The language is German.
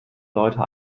leute